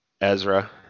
Ezra